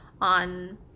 on